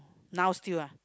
now still ah